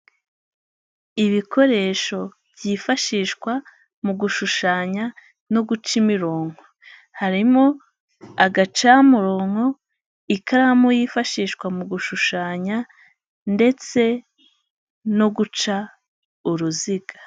Ibikoresho byifashishwa mu gushushanya no guca imirongo harimo; agacamurongo, ikaramu yifashishwa mu gushushanya ndetse no guca uruziga.